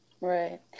Right